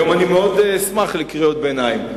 היום אני מאוד אשמח לקריאות ביניים.